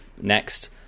next